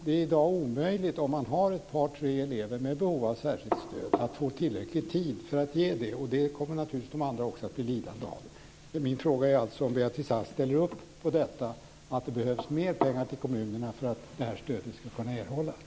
Det är i dag omöjligt om man har ett par tre elever med behov av särskilt stöd att få tillräckligt med tid för att ge det, och det kommer naturligtvis de andra eleverna också att bli lidande av. Min fråga är alltså om Beatrice Ask ställer upp på att det behövs mer pengar till kommunerna för att det här stödet ska kunna erhållas.